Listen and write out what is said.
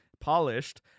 polished